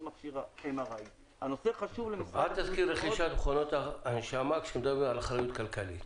מכשיר MRI. אל תזכיר רכישת מכונות הנשמה כשאתה מדבר על אחריות כלכלית,